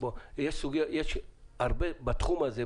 יש הרבה וין-וין בתחום הזה,